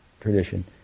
tradition